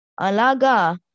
alaga